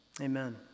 Amen